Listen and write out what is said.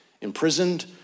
imprisoned